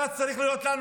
היה צריך להיות לנו,